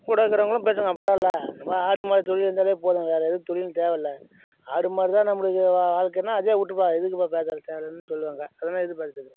கூட இருக்கிறவங்களும் பேசுங்கள் பரவாயில்லை நம்ம ஆடு மாடு தொழில் இருந்தாலே போதும் வேறு எதுவும் தொழிலும் தேவையில்ல ஆடு மாடு தான் நம்மளுக்கு வாழ்க்கன்னா அதுவே விட்ருப்பா எதுக்கு இப்போ பேசுகிற தேவையில்லாமன்னு சொல்வாங்க அதுன்னா எதிர்பார்த்தது